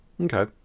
Okay